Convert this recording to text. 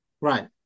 Right